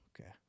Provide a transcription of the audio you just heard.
okay